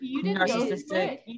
narcissistic